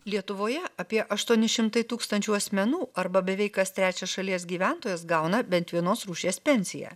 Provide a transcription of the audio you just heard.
lietuvoje apie aštuoni šimtai tūkstančių asmenų arba beveik kas trečias šalies gyventojas gauna bent vienos rūšies pensiją